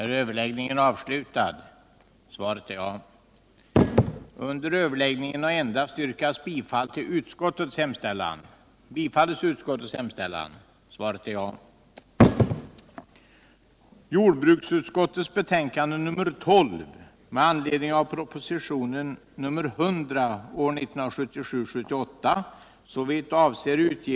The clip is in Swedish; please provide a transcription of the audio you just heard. I fråga om detta betänkande hålles gemensam överläggning för samtliga punkter. Under den gemensamma överläggningen får yrkanden framställas beträffande samtliga punkter i betänkandet. I det följande redovisas endast de punkter, vid vilka under överläggningen framställts särskilda yrkanden.